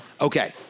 Okay